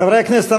חברי הכנסת,